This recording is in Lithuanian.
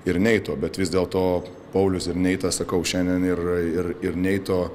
ir neito bet vis dėlto paulius ir neitas sakau šiandien ir ir ir neito